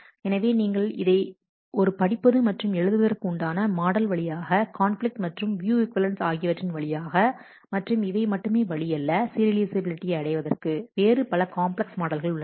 எனவே நீங்கள் இதை ஒரு படிப்பது மற்றும் எழுதுவதற்கு உண்டான மாடல் வழியாக கான்பிலிக்ட் மற்றும் வியூ ஈக்வலன்ஸ் ஆகியவற்றின் வழியாக மற்றும் இவை மட்டும் வழி அல்ல சீரியலைஃசபிலிட்டியை அடைவதற்கு வேறு பல காம்ப்ளக்ஸ் மாடல்கள் உள்ளன